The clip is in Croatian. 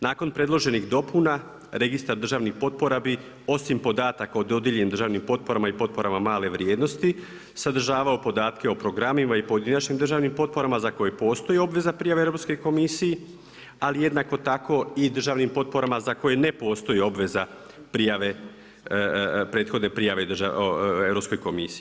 Nakon predloženih dopuna, registra državnih potpora bi osim podataka o dodijeljenim državnim potpora i potporama male vrijednosti, sadržavao podatke o programima i pojedinačnim državnim potporama, za koje postoje obveza prijave Europskoj komisiji, ali jednako tako i državnim potporama za koje ne postoje obveza prijave, prethodne prijave Europskoj komisiji.